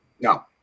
No